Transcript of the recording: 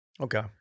Okay